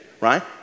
right